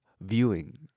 viewing